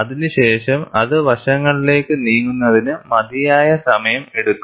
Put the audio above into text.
അതിനുശേഷം അത് വശങ്ങളിലേക്ക് നീങ്ങുന്നതിന് മതിയായ സമയം എടുക്കും